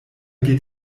geht